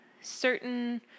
certain